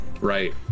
Right